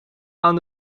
aan